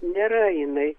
nėra jinai